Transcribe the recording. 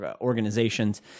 organizations